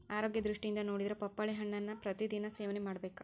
ಆರೋಗ್ಯ ದೃಷ್ಟಿಯಿಂದ ನೊಡಿದ್ರ ಪಪ್ಪಾಳಿ ಹಣ್ಣನ್ನಾ ಪ್ರತಿ ದಿನಾ ಸೇವನೆ ಮಾಡಬೇಕ